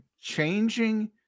Changing